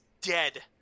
dead